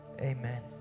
Amen